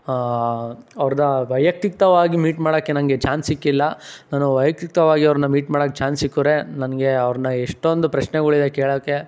ಅವ್ರದ್ದ ವೈಯಕ್ತಿಕವಾಗಿ ಮೀಟ್ ಮಾಡೋಕ್ಕೆ ನನಗೆ ಚಾನ್ಸ್ ಸಿಕ್ಕಿಲ್ಲ ನಾನು ವೈಯಕ್ತಿಕವಾಗಿ ಅವ್ರನ್ನ ಮೀಟ್ ಮಾಡೋಕ್ಕೆ ಚಾನ್ಸ್ ಸಿಕ್ಕರೆ ನನಗೆ ಅವ್ರನ್ನ ಎಷ್ಟೊಂದು ಪ್ರಶ್ನೆಗಳಿದೆ ಕೇಳೋಕ್ಕೆ